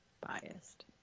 Biased